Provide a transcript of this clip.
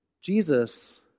Jesus